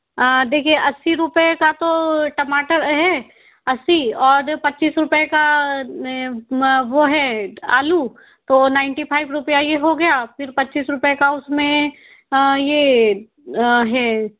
देखिए अस्सी रुपए का तो टमाटर है अस्सी और पच्चीस रुपए का वो है आलू तो नाइन्टी फाइव रूपया ये हो गया फिर पच्चीस रुपए का उसमें ये है